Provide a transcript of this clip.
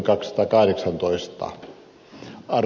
arvoisa puhemies